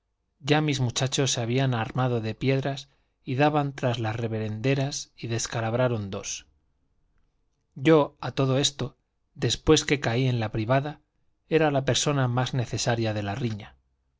ya mis muchachos se habían armado de piedras y daban tras las revendederas y descalabraron dos yo a todo esto después que caí en la privada era la persona más necesaria de la riña